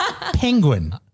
penguin